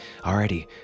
Alrighty